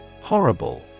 Horrible